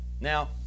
Now